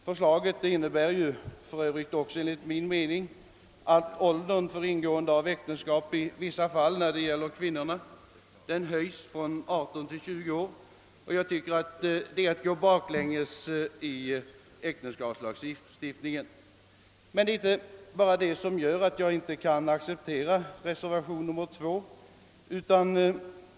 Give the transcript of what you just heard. Förslaget i reservationen 2 innebär för övrigt också att åldern för ingående av äktenskap i vissa fall — när det gäller kvinnorna — höjs från 18 till 20 år. Genomförandet av ett sådant förslag skulle vara att gå baklänges i äktenskapslagstiftningen. Men det är inte bara det som gör att jag inte kan acceptera reservationen 2.